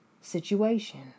situation